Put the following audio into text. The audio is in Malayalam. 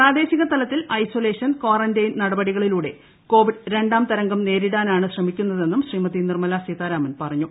പ്രാദേശിക തലത്തിൽ ഐസൊലേഷൻ കാറന്റൈൻ നടപടികളിലൂടെ കോവിഡ് രണ്ടാം തരംഗം നേരിടാനാണ് ശ്രമിക്കുന്നതെന്നും ശ്രീമതി നിർമ്മലാസീത്യാരാമൻ പറഞ്ഞു